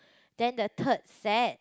then the third set